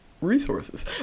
resources